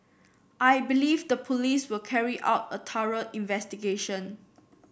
I believe the police will carry out a thorough investigation